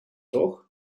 toch